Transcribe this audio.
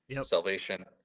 salvation